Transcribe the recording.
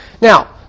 Now